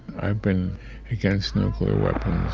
i've been against nuclear weapons